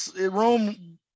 Rome